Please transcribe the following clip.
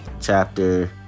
Chapter